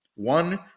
One